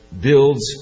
builds